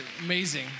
Amazing